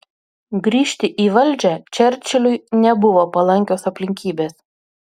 grįžti į valdžią čerčiliui nebuvo palankios aplinkybės